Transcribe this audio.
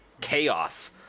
chaos